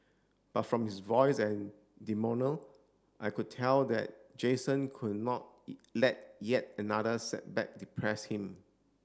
but from his voice and I could tell that Jason could not let yet another setback depress him